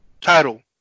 title